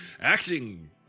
Acting